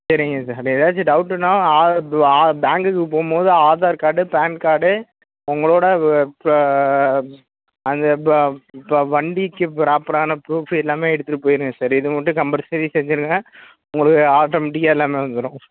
சரிங்க சார் ஏதாச்சு டவுட்டுன்னா ஆதா பேங்க்குக்கு போகும்போது ஆதார் கார்டு பேன் கார்டு உங்களோடய வ ப அந்த ப ப வண்டிக்கு ப்ராப்பரான ஃப்ரூப்பு எல்லாமே எடுத்துகிட்டு போயிடுங்க சார் இது மட்டும் கம்பல்சரி செஞ்சுடுங்க உங்களுக்கு ஆட்டோமேட்டிக்கா எல்லாமே வந்துடும்